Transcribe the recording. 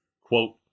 Quote